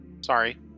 sorry